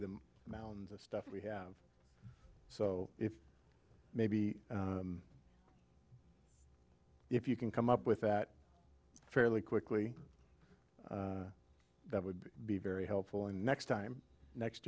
the mountains of stuff we have so if maybe if you can come up with that fairly quickly that would be very helpful and next time next